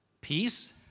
peace